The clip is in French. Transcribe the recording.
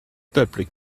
peuple